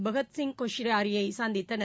பகத்சிங் கோஷியாரியை சந்தித்தனர்